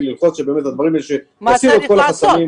תסירו את כל החסמים.